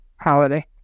Holiday